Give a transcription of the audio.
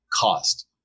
cost